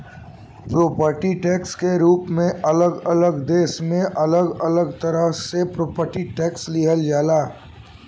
property tax के रूप में अलग अलग देश में अलग अलग तरह से प्रॉपर्टी टैक्स लिहल जाला